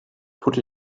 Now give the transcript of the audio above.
put